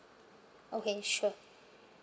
okay sure